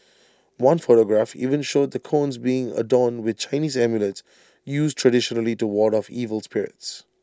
one photograph even showed the cones being adorn with Chinese amulets used traditionally to ward off evil spirits